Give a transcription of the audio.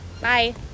Bye